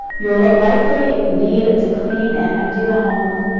you'll likely need to clean and empty the home,